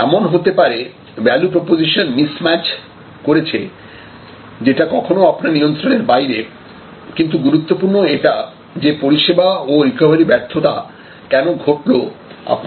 এমন হতে পারে ভ্যালু প্রপোজিশন মিস ম্যাচ করেছে যেটা কখনো আপনার নিয়ন্ত্রণের বাইরে কিন্তু গুরুত্বপূর্ণ এটা যে পরিষেবা ও রিকভারি ব্যর্থতা কেন ঘটলো আপনি তার উপর ফোকাস করবেন